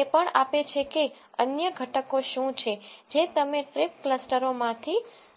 એપણ આપે છે કે અન્ય ઘટકો શું છે જે તમે ટ્રિપ ક્લસ્ટરોમાંથી જોઈ શકો છો